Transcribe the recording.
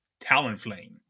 Talonflame